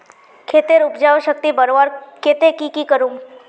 खेतेर उपजाऊ शक्ति बढ़वार केते की की करूम?